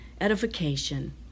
edification